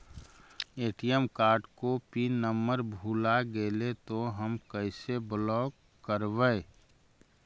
ATM card को pin number भुला गैले तौ हम कैसे ब्लॉक करवै?